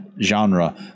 genre